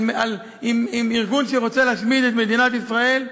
עם ארגון שרוצה להשמיד את מדינת ישראל?